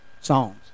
Songs